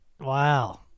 Wow